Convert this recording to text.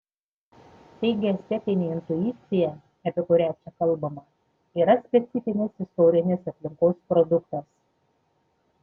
taigi estetinė intuicija apie kurią čia kalbama yra specifinės istorinės aplinkos produktas